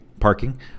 Parking